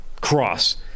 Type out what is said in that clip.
Cross